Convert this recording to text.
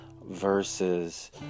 versus